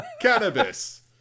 Cannabis